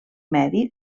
medi